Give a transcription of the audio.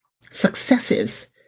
successes